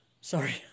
sorry